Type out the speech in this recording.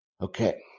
Okay